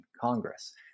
Congress